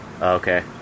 okay